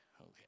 Okay